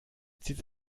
zieht